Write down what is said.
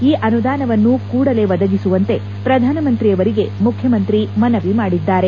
ಈ ಅನುದಾನವನ್ನು ಕೂಡಲೇ ಒದಗಿಸುವಂತೆ ಪ್ರಧಾನ ಮಂತ್ರಿ ಅವರಿಗೆ ಮುಖ್ಣಮಂತ್ರಿ ಮನವಿ ಮಾಡಿದ್ದಾರೆ